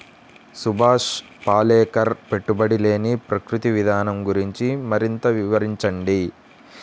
సుభాష్ పాలేకర్ పెట్టుబడి లేని ప్రకృతి విధానం గురించి మరింత వివరించండి